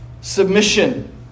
submission